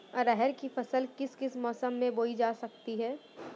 अरहर की फसल किस किस मौसम में बोई जा सकती है?